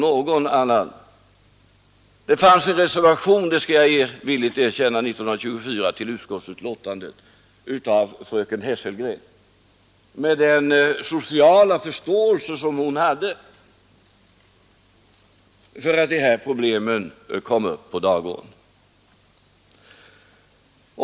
Jag skall dock villigt erkänna att det i utskottsutlåtandet 1924 fanns en reservation av fröken Hesselgren, vilket kanske var naturligt med den sociala förståelse som hon hade för att de här problemen kom upp på dagordningen.